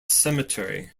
cemetery